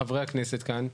הכנסת כאן.